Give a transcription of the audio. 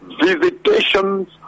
visitations